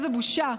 איזו בושה.